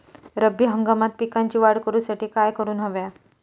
रब्बी हंगामात पिकांची वाढ करूसाठी काय करून हव्या?